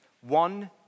one